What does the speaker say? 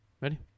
Ready